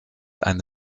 eine